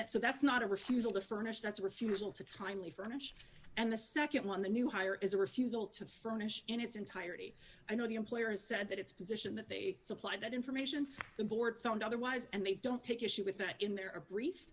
that's so that's not a refusal to furnish that's a refusal to timely furnished and the nd one the new hire is a refusal to furnish in its entirety i know the employer has said that it's position that they supply that information the board found otherwise and they don't take issue with that in their brief